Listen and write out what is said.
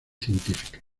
científica